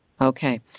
Okay